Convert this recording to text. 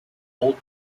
old